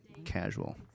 Casual